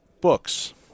books